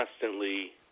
constantly